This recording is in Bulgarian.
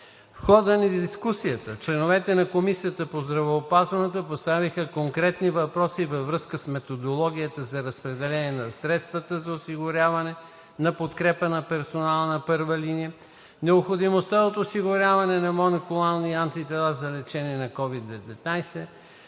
В хода на дискусията членовете на Комисията по здравеопазването поставиха конкретни въпроси във връзка с методологията за разпределението на средствата за осигуряване на подкрепа на персонала на първа линия, необходимостта от осигуряване на моноклонални антитела за лечение на COVID-19,